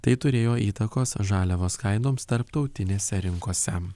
tai turėjo įtakos žaliavos kainoms tarptautinėse rinkose